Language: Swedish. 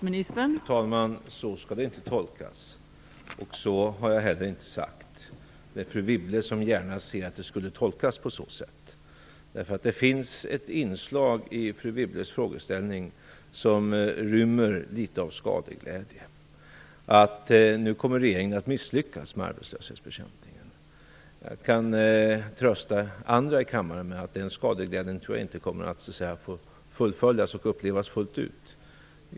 Fru talman! Så skall det inte tolkas, och så har jag heller inte sagt. Det är fru Wibble som gärna ser att det skulle tolkas på så sätt. Det finns ett inslag i fru Wibbles frågeställning som rymmer litet av skadeglädje: Nu kommer regeringen att misslyckas med arbetslöshetsbekämpningen. Jag kan trösta andra i kammaren med att jag inte tror att den skadeglädjen kommer att få upplevas fullt ut.